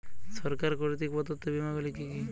সরকার কর্তৃক প্রদত্ত বিমা গুলি কি কি?